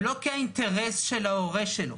ולא כי זה האינטרס של ההורים שלו.